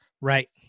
Right